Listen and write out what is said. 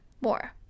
more